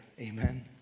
Amen